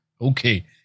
Okay